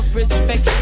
respect